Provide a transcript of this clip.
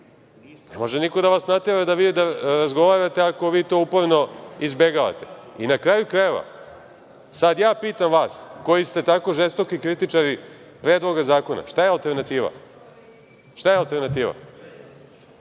Ne može niko da vas natera da vi razgovarate ako vi to uporno izbegavate. Na kraju krajeva, sada ja pitam vas, koji ste žestoki kritičari predloga zakona. Šta je alternativa? Koji su alternativni